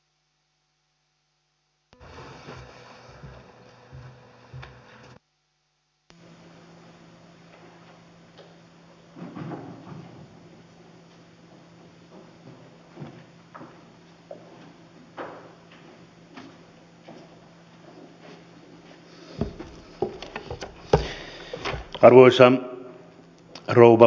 arvoisa rouva puhemies